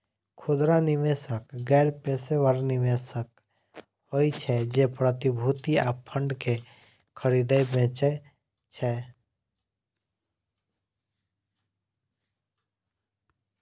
खुदरा निवेशक गैर पेशेवर निवेशक होइ छै, जे प्रतिभूति आ फंड कें खरीदै बेचै छै